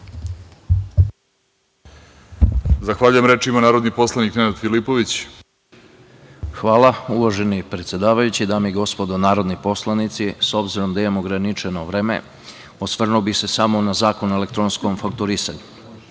Zahvaljujem. Reč ima narodni poslanik Nenad Filipović. **Nenad Filipović** Hvala. Dame i gospodo narodni poslanici, s obzirom da imam ograničeno vreme, osvrnuo bih se samo na Zakon o elektronskom fakturisanju.